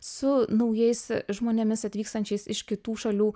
su naujais žmonėmis atvykstančiais iš kitų šalių